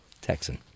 Texan